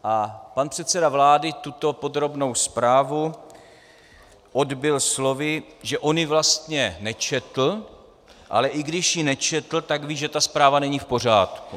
A pan předseda vlády tuto podrobnou zprávu odbyl slovy, že on ji vlastně nečetl, ale i když ji nečetl, tak ví, že ta zpráva není v pořádku.